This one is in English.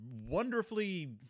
wonderfully